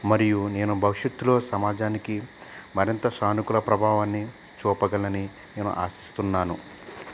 మరియు నేను భవిష్యత్తులో సమాజానికి మరింత సానుకూల ప్రభావాన్ని చూపగలనని నేను ఆశిస్తున్నాను